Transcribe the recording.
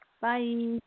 Bye